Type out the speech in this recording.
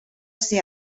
ser